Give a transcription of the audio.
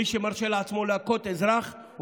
מי שמרשה לעצמו להכות אזרח,